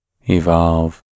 evolve